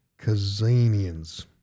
Kazanians